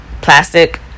plastic